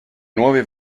nuove